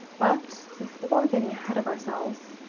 but before getting ahead of ourselves,